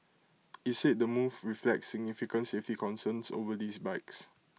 it's said the move reflects significant safety concerns over these bikes